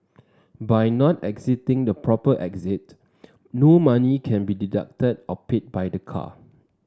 by not exiting the proper exit no money can be deducted or paid by the car